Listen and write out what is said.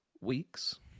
weeks